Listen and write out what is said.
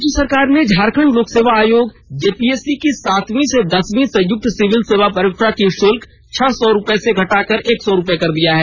राज्य सरकार ने झारखंड लोक सेवा आयोग जेपीएससी की सातवीं से दसवीं संयुक्त सिविल सेवा परीक्षा की शुल्क छह सौ रूपये से घटाकर एक सौ रूपया कर दिया है